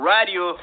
Radio